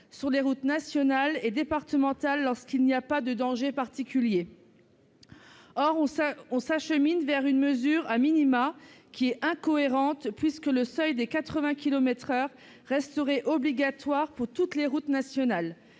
sur les routes nationales et départementales lorsqu'il n'y a pas de danger particulier. Or on s'achemine vers une mesure, qui est incohérente, puisque le seuil des 80 kilomètres par heure resterait obligatoire sur toutes les routes nationales,